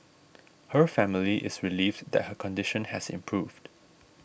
her family is relieved that her condition has improved